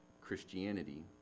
Christianity